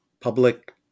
public